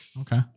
Okay